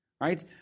Right